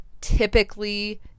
typically